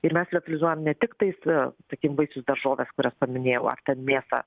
ir mes liofelizuojam ne tiktais sakykim vaisius daržoves kurias paminėjau ar ten mėsą